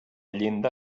llinda